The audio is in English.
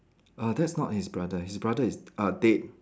uh that's not his brother his brother is uh dead